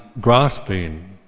grasping